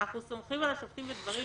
אנחנו סומכים על השופטים בדברים